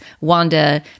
Wanda